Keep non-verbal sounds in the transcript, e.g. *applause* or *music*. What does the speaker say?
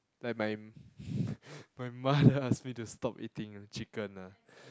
like my *breath* my mother ask me to stop eating chicken lah